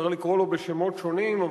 אפשר לקרוא לו בשמות שונים,